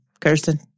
Kirsten